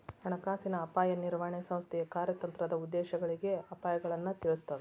ಹಣಕಾಸಿನ ಅಪಾಯ ನಿರ್ವಹಣೆ ಸಂಸ್ಥೆಯ ಕಾರ್ಯತಂತ್ರದ ಉದ್ದೇಶಗಳಿಗೆ ಅಪಾಯಗಳನ್ನ ತಿಳಿಸ್ತದ